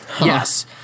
Yes